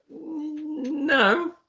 No